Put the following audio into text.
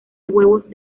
huevos